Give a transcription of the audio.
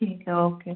ठीक आहे ओके